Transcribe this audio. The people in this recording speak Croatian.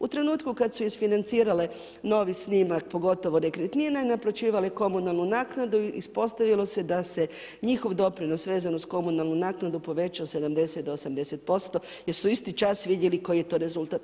U trenutku kad su isfinancirale novi snimak pogotovo nekretnina, naplaćivale komunalnu naknadu ispostavilo se da se njihov doprinos vezan uz komunalnu naknadu povećao 70 do 80% jer su isti čas vidjeli koji je to rezultat.